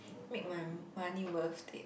make my money worth it